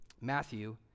Matthew